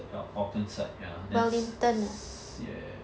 ya auckland side ya then ss~